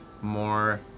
more